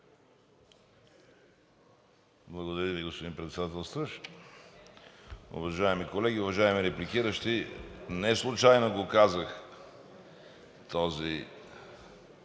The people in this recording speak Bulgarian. Благодаря Ви, господин Председателстващ. Уважаеми колеги, уважаеми репликиращи! Неслучайно казах това